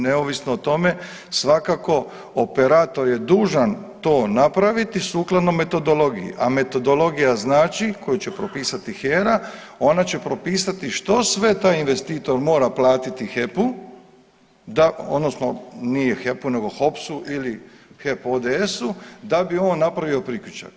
Neovisno o tome svakako operator je dužan to napraviti sukladno metodologiji, a metodologija znači koju će propisa HER-a, ona će propisati što sve taj investitor mora platiti HEP d odnosno nije HEP-u nego HOPS-u ili HEP ODS-u da bi on napravio priključak.